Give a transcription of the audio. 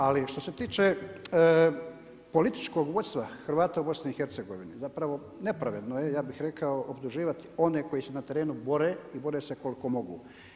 Ali što se tiče političkog vodstva Hrvata u BiH-u, zapravo nepravedno je, ja bih rekao optuživati one koji se na terenu bore i bore se koliko mogu.